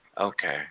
Okay